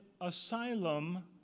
asylum